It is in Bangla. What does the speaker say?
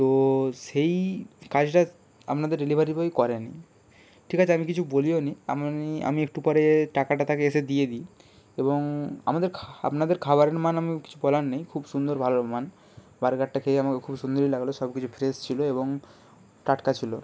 তো সেই কাজটা আমনাদের ডেলিভারি বয় করে নি ঠিক আছে আমি কিছু বলিনিও নি আমিই আমি একটু পরে টাকাটা তাকে এসে দিয়ে দিই এবং আমাদের খা আপনাদের খাবারের মান আমি কিছু বলার নেই খুব সুন্দর ভালো মান বার্গারটা খেয়ে আমাকে খুব সুন্দরই লাগলো সব কিছু ফ্রেশ ছিলো এবং টাটকা ছিলো